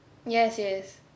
yes yes